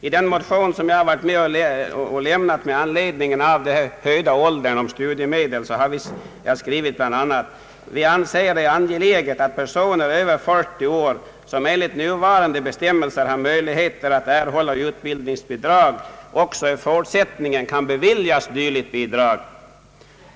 I en motion med anledning av den höjda åldersgränsen för studiemedel som jag har väckt har jag skrivit bl.a.: »Jag anser det angeläget att personer över 40 år — som enligt nuvarande bestämmelser har möjlighet att erhålla utbildningsbidrag — också i fortsättningen kan beviljas dylikt bidrag.